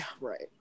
right